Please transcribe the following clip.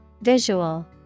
Visual